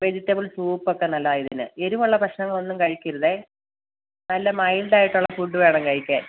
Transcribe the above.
vegetable soup ഒക്കെ നല്ലതാണ് ഇതിന് എരിവുള്ള ഭക്ഷണങ്ങളൊന്നും കഴിക്കല്ലേ നല്ല മൈൽഡ് ആയിട്ടുള ഫുഡ് വേണം കഴിക്കാൻ